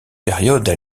période